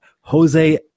Jose